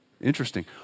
Interesting